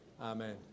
Amen